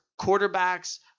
quarterbacks